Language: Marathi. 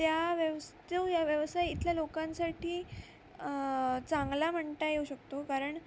त्या व्यवस तू या व्यवसाय इथल्या लोकांसाठी चांगला म्हणता येऊ शकतो कारण